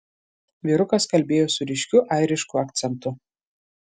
vyrukas kalbėjo su ryškiu airišku akcentu